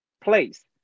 place